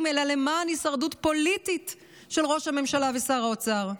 אלא למען הישרדות פוליטית של ראש הממשלה ושר האוצר.